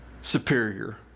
superior